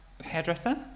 hairdresser